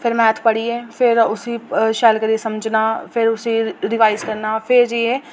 फिर मैथ पढ़ियै फिर उसी शैल करियै समझना फिर उसी रिवाइज करना फेिर जाइयै